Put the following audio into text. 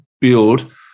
build